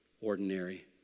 ordinary